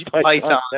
Python